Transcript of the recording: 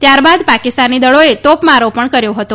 ત્યારબાદ પાકિસ્તાની દળોએ તોપમારો પણ કર્યો હતો